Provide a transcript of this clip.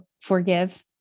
forgive